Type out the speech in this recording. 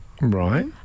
Right